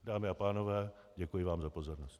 Dámy a pánové, děkuji vám za pozornost.